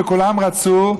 כולם רצו,